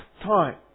time